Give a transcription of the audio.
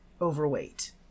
overweight